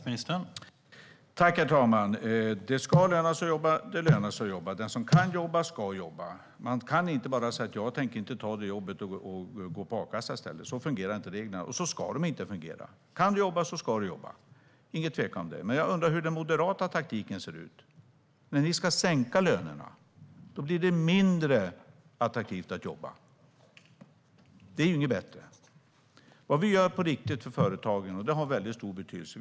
Herr talman! Det ska löna sig att jobba. Det lönar sig att jobba. Den som kan jobba ska jobba. Man kan inte bara säga att man inte tänker ta ett jobb och sedan gå på a-kassa i stället. Så fungerar inte reglerna, och så ska de heller inte fungera. Kan du jobba så ska du jobba! Det råder ingen tvekan om det. Jag undrar dock hur den moderata taktiken ser ut. När ni ska sänka lönerna blir det ju mindre attraktivt att jobba. Det är inte bättre. Vad vi gör för företagen har stor betydelse.